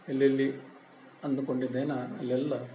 ಎಲ್ಲೆಲ್ಲಿ ಅಂದುಕೊಂಡಿದ್ದೇನೆ ಅಲ್ಲೆಲ್ಲ